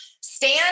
stand